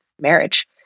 marriage